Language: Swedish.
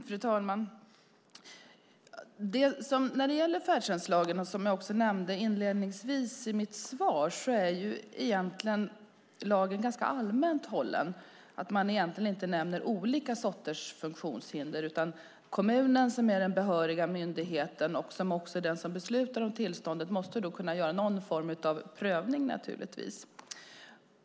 Fru talman! Färdtjänstlagen är som jag nämnde inledningsvis i mitt svar ganska allmän. Man nämner inte olika sorters funktionshinder. Kommunen som är den behöriga myndigheten som beslutar om tillståndet måste kunna göra någon form av prövning. Fru talman!